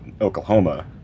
Oklahoma